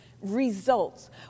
results